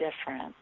difference